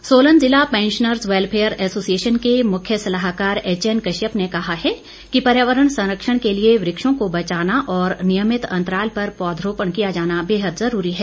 पौधरोपण सोलन जिला pensioners welfare association के मुख्य सलाहकार एचएन कश्यप ने कहा है कि पर्यावरण संरक्षण के लिए वृक्षों को बचाना और नियमित अंतराल पर पौधरोपण किया जाना बेहद जरूरी है